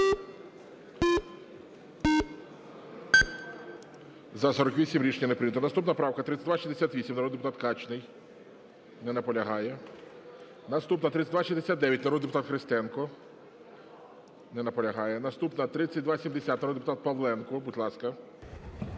За-48 Рішення не прийнято. Наступна правка 3268. Народний депутат Качний. Не наполягає. Наступна 3269. Народний депутат Христенко. Не наполягає. Наступна 3270. Народний депутат Павленко. Будь ласка.